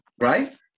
right